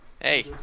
hey